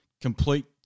complete